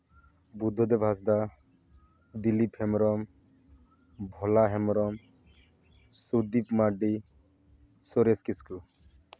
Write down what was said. Buddhadeb Hansda Dilip Hembrom Bhola Hembrom Sudip Mardi Suresh Kisku